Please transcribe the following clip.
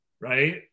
right